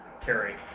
carry